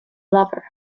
lover